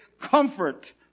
comfort